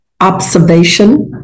observation